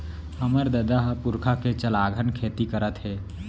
हमर ददा ह पुरखा के चलाघन खेती करत हे